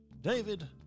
David